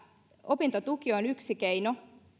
opintotuki on yksi keino